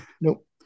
Nope